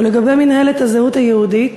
ולגבי מינהלת הזהות היהודית,